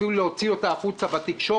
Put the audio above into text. אפילו להוציא אותה לתקשורת,